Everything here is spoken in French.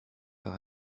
par